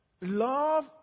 Love